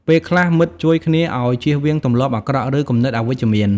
ពេលខ្លះ មិត្តជួយគ្នាឲ្យជៀសវាងទម្លាប់អាក្រក់ ឬគំនិតអវិជ្ជមាន។